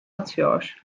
atıyor